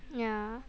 yeah